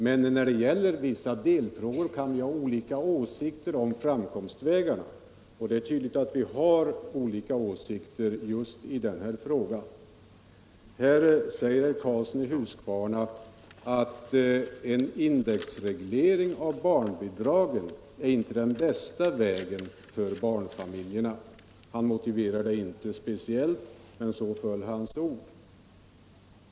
Men när det gäller vissa delfrågor kan vi ha olika åsikter om vägarna för att nå målet, och det är tydligt att vi har olika åsikter i just den här frågan. Herr Karlsson i Huskvarna sade att en indexreglering av barnbidragen inte är den bästa vägen för barnfamiljerna. Han motiverade det inte utförligt, men så föll hans ord.